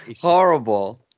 horrible